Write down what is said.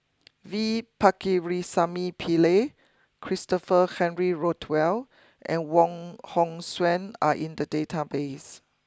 V Pakirisamy Pillai Christopher Henry Rothwell and Wong Hong Suen are in the database